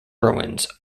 ruins